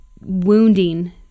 wounding